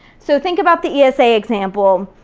so think about the esa example.